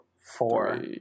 Four